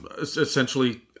essentially